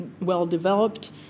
well-developed